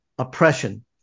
oppression